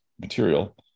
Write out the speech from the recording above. material